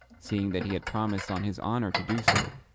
seeing that he had promised on his honour to do so.